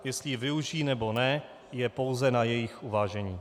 Jestli ji využijí, nebo ne, je pouze na jejich uvážení.